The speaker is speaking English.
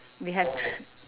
we have thr~